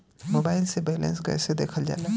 Mobile से balance कइसे देखल जाला?